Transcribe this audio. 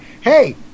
hey